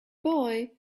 boy